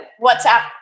WhatsApp